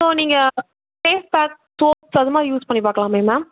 so நீங்கள் face pack soaps அது மாதிரி யூஸ் பண்ணி பார்க்கலாமே மேம்